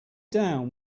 down